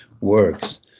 works